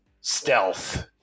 Stealth